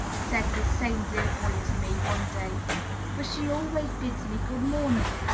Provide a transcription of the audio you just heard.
said this same dear boy to me, one day for she always bids me good-morning.